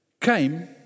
came